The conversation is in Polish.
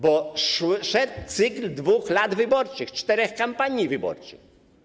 Bo szedł cykl 2 lat wyborczych, czterech kampanii wyborczych.